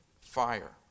fire